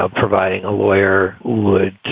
ah providing a lawyer would